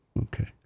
Okay